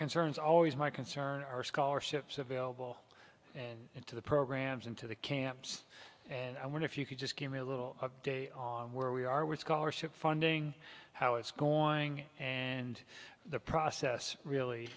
concerns always my concern are scholarships available and into the programs into the camps and i want if you can just give me a little update on where we are with scholarship funding how it's going and the process really